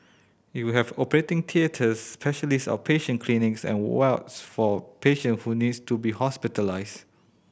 it will have operating theatres specialist outpatient clinics and wards for patient who need to be hospitalised